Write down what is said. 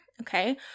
okay